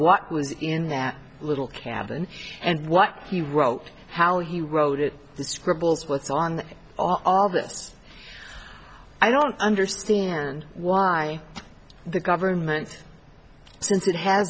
was in that little cabin and what he wrote how he wrote it scribbles what's on all this i don't understand why the government says it has